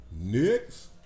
Next